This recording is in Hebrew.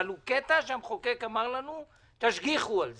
אבל בקטע הזה המחוקק אמר לנו: תשגיחו על זה,